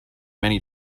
many